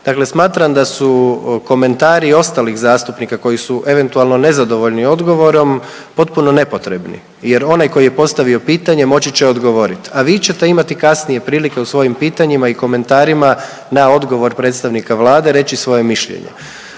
Dakle, smatram da su komentari i ostalih zastupnika koji su eventualno nezadovoljni odgovorom potpuno nepotrebni, jer onaj koji je postavio pitanje moći će odgovoriti a vi ćete imati kasnije prilike u svojim pitanjima i komentarima na odgovor predstavnika Vlade reći svoje mišljenje.